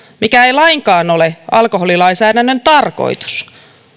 mikä ei lainkaan ole alkoholilainsäädännön tarkoitus